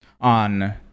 on